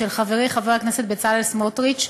של חברי חבר הכנסת בצלאל סמוטריץ,